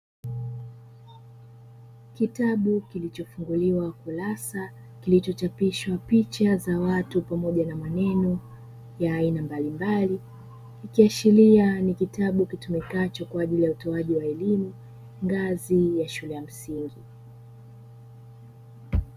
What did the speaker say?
Kitabu kilichofunguliwa kurasa kilichochapishwa picha za watu pamoja na maneno ya aina mbalimbali, ikiashiria ni kitabu kitumikacho kwaajili ya utoaji wa elimu ngazi ya shule ya msingi.